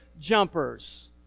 jumpers